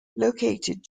located